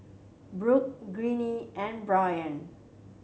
Burk Ginny and Brian